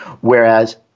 whereas